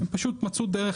פשוט מצאו דרך.